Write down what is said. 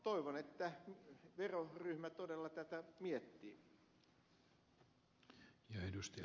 toivon että veroryhmä todella tätä miettii